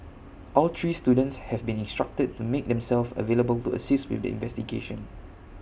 all three students have been instructed to make themselves available to assist with the investigation